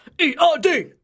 E-R-D